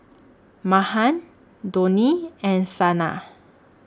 Mahan Dhoni and Saina